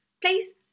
Please